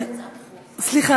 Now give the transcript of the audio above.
סליחה,